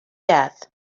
death